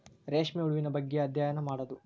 ರೇಶ್ಮೆ ಹುಳುವಿನ ಬಗ್ಗೆ ಅದ್ಯಯನಾ ಮಾಡುದು